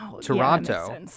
Toronto